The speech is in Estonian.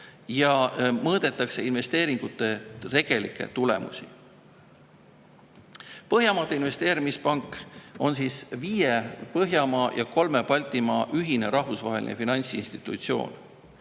kas mõõdetakse investeeringute tegelikke tulemusi. Põhjamaade Investeerimispank on viie Põhjamaa ja kolme Baltimaa ühine rahvusvaheline finantsinstitutsioon.